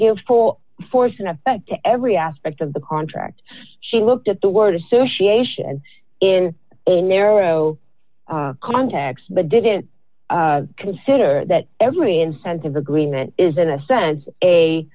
give full force and effect to every aspect of the contract she looked at the word association and in a narrow context but didn't consider that every incentive agreement is in a sense a